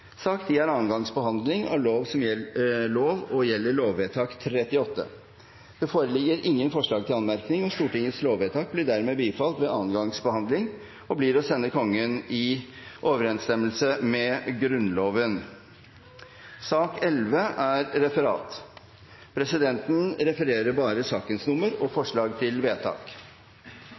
Sak nr. 10 er andre gangs behandling av lov og gjelder lovvedtak 38. Det foreligger ingen forslag til anmerkninger. Stortingets lovvedtak er dermed bifalt ved andre gangs behandling og blir å sende Kongen i overensstemmelse med Grunnloven. Dermed er dagens kart ferdigbehandlet. Men før vi avslutter møtet, vil presidenten